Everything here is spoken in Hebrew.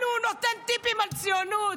לנו הוא נותן טיפים על ציונות.